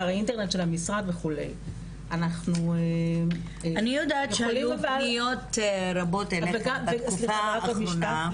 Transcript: אני יודעת שהיו פניות רבות אליכם בתקופה האחרונה.